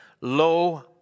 Lo